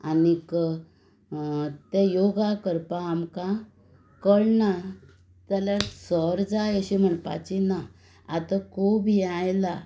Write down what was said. आनीक तें योगा करपा आमकां कोण ना जाल्यार सर जाय अशें म्हणपाचें ना आतां खूब हें आयलां